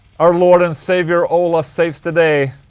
our lord and savior ola saves the day